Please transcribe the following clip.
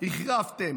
החרבתם,